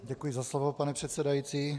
Děkuji za slovo, pane předsedající.